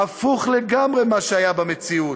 הפוך לגמרי ממה שהיא במציאות.